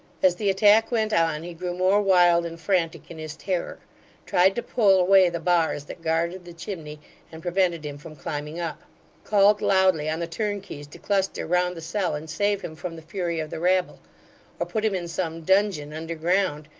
as the attack went on, he grew more wild and frantic in his terror tried to pull away the bars that guarded the chimney and prevented him from climbing up called loudly on the turnkeys to cluster round the cell and save him from the fury of the rabble or put him in some dungeon underground,